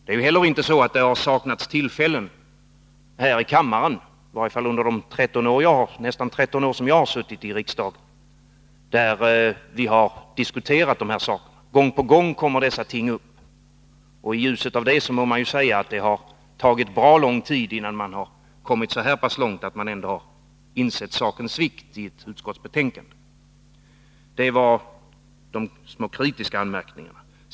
Det har inte heller saknats tillfällen här i kammaren, i varje fall under de nästan 13 år som jag har suttit i riksdagen. Gång på gång kommer dessa ting upp, och i ljuset av det må man ju säga att det har tagit bra lång tid innan man har kommit så pass långt att man ändå har insett sakens vikt i ett utskottsbetänkande. Det var de små kritiska anmärkningarna.